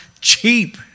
cheap